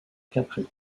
capri